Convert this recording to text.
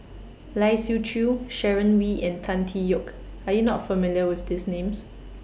Lai Siu Chiu Sharon Wee and Tan Tee Yoke Are YOU not familiar with These Names